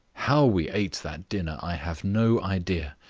how we ate that dinner i have no idea.